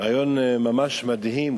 רעיון ממש מדהים,